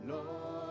Lord